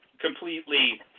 completely